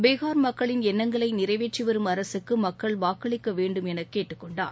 பீஹார் மக்களின் எண்ணங்களை நிறைவேற்றி வரும் அரசுக்கு மக்கள் வாக்களிக்க வேண்டும் என கேட்டுக்கொண்டார்